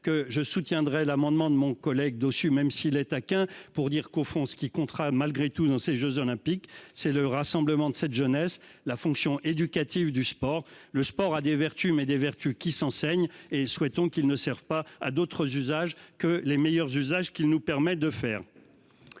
que je soutiendrai l'amendement de mon collègue dessus même si attaque hein pour dire qu'au fond ce qui comptera malgré tout dans ces Jeux olympiques, c'est le rassemblement de cette jeunesse la fonction éducative du sport, le sport a des vertus mais des vertus qui s'enseigne et souhaitons qu'il ne serve pas à d'autres usages que les meilleurs usages qui nous permettent de faire.